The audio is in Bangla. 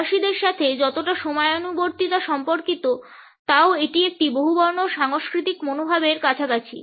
ফরাসিদের সাথে যতটা সময়ানুবর্তিতা সম্পর্কিত তাও এটি একটি বহুবর্ণগত সাংস্কৃতিক মনোভাবের কাছাকাছি